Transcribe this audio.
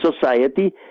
society